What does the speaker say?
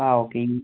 ആ ഓക്കെ